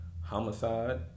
Homicide